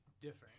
different